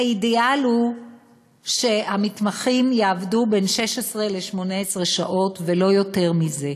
האידיאל הוא שהמתמחים יעבדו בין 16 ל-18 שעות ולא יותר מזה.